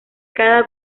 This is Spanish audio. cada